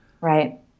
Right